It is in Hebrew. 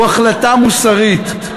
הוא החלטה מוסרית.